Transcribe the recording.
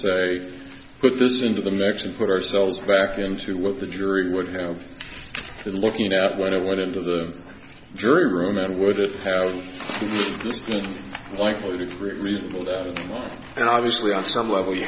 unsafe put this into the mix and put ourselves back into what the jury would have been looking at when it went into the jury room and what it is likely to be reasonable doubt and obviously at some level you